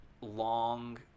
long